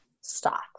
stop